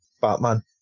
Batman